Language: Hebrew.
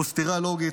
הוא סתירה לוגית,